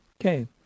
Okay